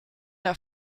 der